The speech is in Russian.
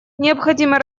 необходимо